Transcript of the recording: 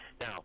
Now